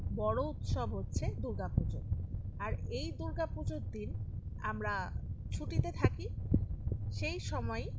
বড় উৎসব হচ্ছে দুর্গাপুজো আর এই দুর্গাপুজোর দিন আমরা ছুটিতে থাকি সেই সময়